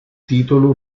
titolo